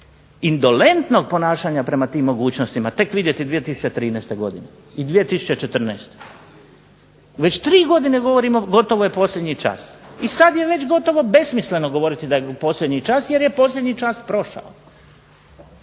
indolentnog ponašanja prema tim mogućnostima tek vidjeti 2013. godine i 2014. Već tri godine govorimo gotovo je posljednji čas. I sad je već gotovo besmisleno govoriti da je posljednji čas jer je posljednji čas prošao.